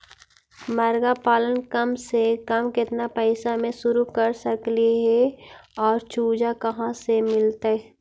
मरगा पालन कम से कम केतना पैसा में शुरू कर सकली हे और चुजा कहा से मिलतै?